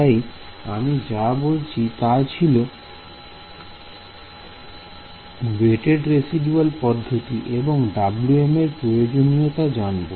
তাই আমি যা বলেছি তা ছিল ওয়েটেড রেসিদুয়াল পদ্ধতি এবং Wm এর প্রয়োজনীয়তা জানাবো